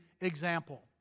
example